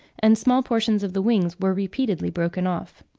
and small portions of the wings were repeatedly broken off.